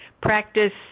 practice